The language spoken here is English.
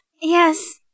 Yes